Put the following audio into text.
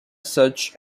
such